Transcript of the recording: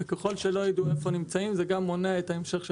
וככל שלא ידעו איפה נמצאים זה גם מונע את ההמשך של